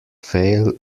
fail